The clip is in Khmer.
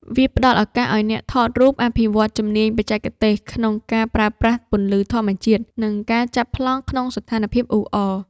វាផ្ដល់ឱកាសឱ្យអ្នកថតរូបអភិវឌ្ឍជំនាញបច្ចេកទេស ក្នុងការប្រើប្រាស់ពន្លឺធម្មជាតិ និងការចាប់ប្លង់ក្នុងស្ថានភាពអ៊ូអរ។